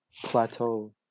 plateau